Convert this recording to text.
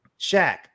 Shaq